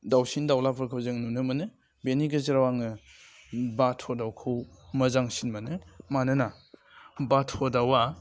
दाउसिन दाउलाफोरखौ जों नुनो मोनो बेनि गेजेराव आङो बाथ' दाउखौ मोजांसिन मोनो मानोना बाथ' दावा